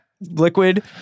liquid